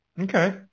Okay